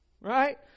Right